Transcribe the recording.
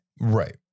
Right